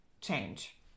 change